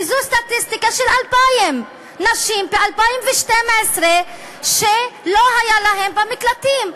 וזו סטטיסטיקה של 2,000 נשים ב-2012 שלא היו להן מקלטים.